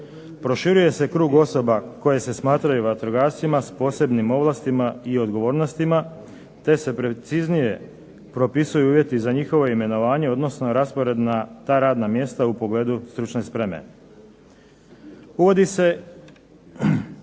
Proširuje se krug osoba koje se smatraju vatrogascima s posebnim ovlastima i odgovornostima, te se preciznije propisuju uvjeti za njihovo imenovanje odnosno na raspored na ta radna mjesta u pogledu stručne spreme. Uvodi se